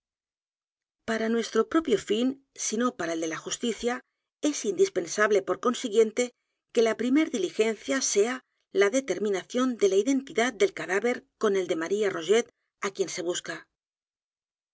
a nuestro propio fin si no p a r a el de la justicia es indispensable por consiguiente que la primer diligencia sea la determinación de la identidad del cadáver con el de maría rogét á quien se busca los